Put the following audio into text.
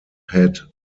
had